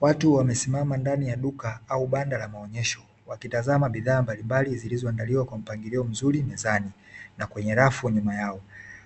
Watu wamesimama ndani ya duka au banda la maonyesho wakitazama bidhaa mbalimbali zilizoandaliwa kwa mpangilio mzuri mezani na kwenye rafu ya nyuma yao